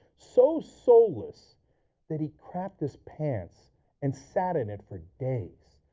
so soulless that he crapped his pants and sat in it for days,